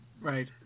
Right